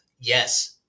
yes